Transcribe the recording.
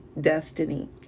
destiny